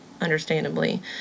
Understandably